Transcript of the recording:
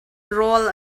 rawl